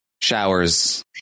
showers